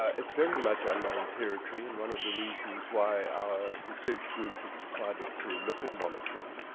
it's very much unknown territory and one of the reasons why our research group has decided to look at monitoring,